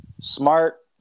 Smart